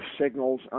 signals